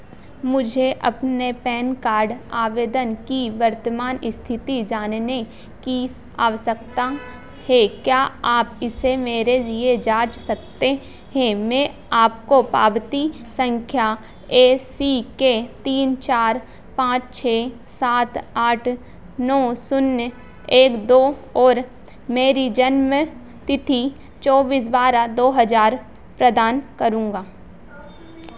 मुझे अपने PAN card आवेदन की वर्तमान स्थिति जानने की आवश्यकता है क्या आप इसे मेरे लिए जाँच सकते हैं मैं आपको पावती संख्या ए सी के तीन चार पाँच छः सात आठ नौ शून्य एक दो और मेरी जन्मतिथि चौबीस बारह दो हज़ार प्रदान करूँगा